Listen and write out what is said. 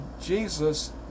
Jesus